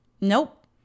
nope